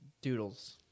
Doodles